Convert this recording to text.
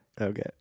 Okay